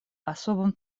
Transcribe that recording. особым